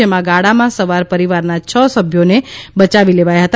જેમાં ગાડામાં સવાર પરિવારના છ સભ્યોને બચાવી લેવાયા હતા